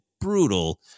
brutal